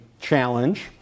challenge